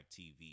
tv